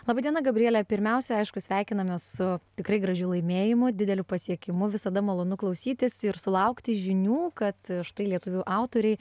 laba diena gabriele pirmiausia aišku sveikiname su tikrai gražiu laimėjimu dideliu pasiekimu visada malonu klausytis ir sulaukti žinių kad štai lietuvių autoriai